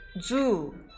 zoo